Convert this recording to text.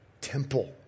temple